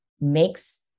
makes